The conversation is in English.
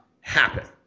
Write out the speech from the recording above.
happen